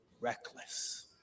reckless